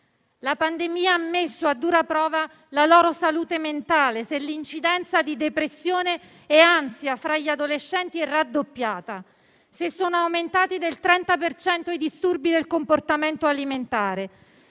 La pandemia ha messo a dura prova la loro salute mentale se l'incidenza di depressione e ansia fra gli adolescenti è raddoppiata, se sono aumentati del 30 per cento i disturbi del comportamento alimentare